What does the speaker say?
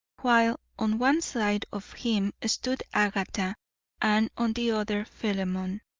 while on one side of him stood agatha and on the other philemon,